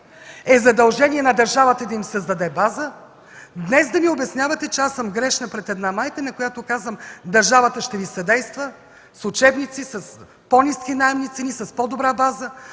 е задължение на държавата да им създаде база, днес да ми обяснявате, че аз съм грешна пред една майка, на която казвам: „Държавата ще Ви съдейства с учебници, с по-ниски наемни цени, с по-добра база,